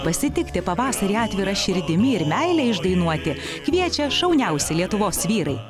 pasitikti pavasarį atvira širdimi ir meilę išdainuoti kviečia šauniausi lietuvos vyrai